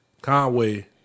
Conway